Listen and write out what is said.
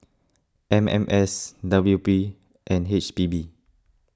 M M S W P and H P B